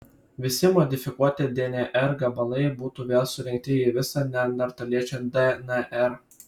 visi modifikuoti dnr gabalai būtų vėl surinkti į visą neandertaliečio dnr